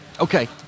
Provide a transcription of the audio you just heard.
Okay